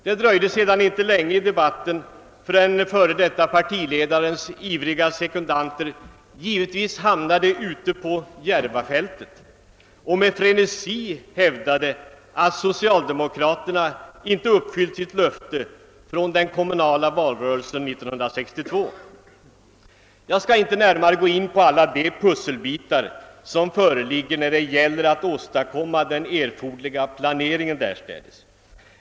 Det dröjde sedan inte länge förrän f. d. partiledarens ivriga sekundanter givetvis hamnade ute på Järvafältet och med frenesi hävdade, att socialdemokraterna inte uppfyllt sitt löfte från den kommunala valrörelsen 1962. Jag skall inte närmare gå in på alla de pusselbitar som föreligger när det gäller att åstadkomma den erforderliga planeringen därstädes.